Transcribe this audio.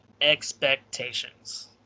Expectations